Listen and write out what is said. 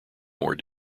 more